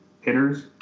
hitters